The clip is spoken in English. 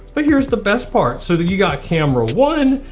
but here's the best part, so that you got camera one,